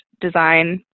design